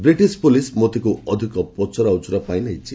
British police ମୋତିକୁ ଅଧିକ ପଚରାଉଚରା ପାଇଁ ନେଇଛି